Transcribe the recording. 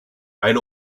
eine